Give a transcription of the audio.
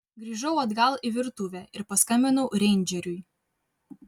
grįžau atgal į virtuvę ir paskambinau reindžeriui